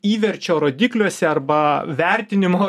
įverčio rodikliuose arba vertinimo